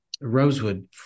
rosewood